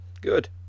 Good